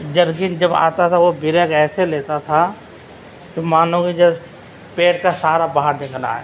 جرکن جب آتا تھا وہ بریک ایسے لیتا تھا کہ مانو کہ جیسے پیٹ کا سارا باہر نکل آیا